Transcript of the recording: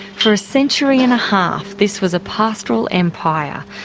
for a century-and-a-half, this was a pastoral empire,